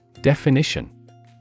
Definition